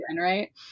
right